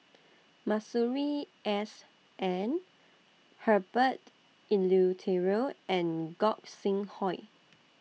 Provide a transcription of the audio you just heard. Masuri S N Herbert Eleuterio and Gog Sing Hooi